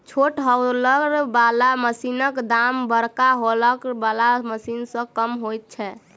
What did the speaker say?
छोट हौलर बला मशीनक दाम बड़का हौलर बला मशीन सॅ कम होइत छै